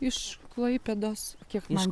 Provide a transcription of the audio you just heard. iš klaipėdos kiek man